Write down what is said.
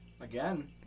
Again